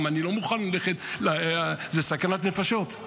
אני לא מוכן ללכת, זה סכנת נפשות.